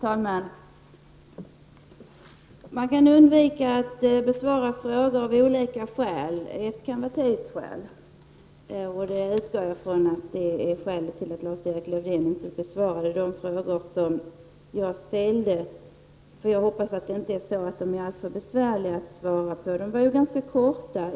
Herr talman! Man kan undvika att besvara frågor av olika skäl. Ett kan vara tidsbrist, och jag utgår från att det är skälet till att Lars-Erik Lövdén inte besvarade de frågor som jag ställde -- för jag hoppas att de inte är alltför besvärliga att svara på. De var ju ganska korta.